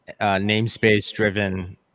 namespace-driven